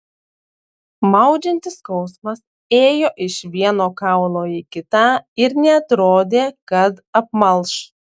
maudžiantis skausmas ėjo iš vieno kaulo į kitą ir neatrodė kad apmalš